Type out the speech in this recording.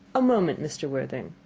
a moment, mr. worthing.